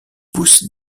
pousse